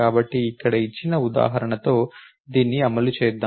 కాబట్టి ఇక్కడ ఇచ్చిన ఉదాహరణతో దీన్ని అమలు చేద్దాం